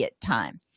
time